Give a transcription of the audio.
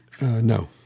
No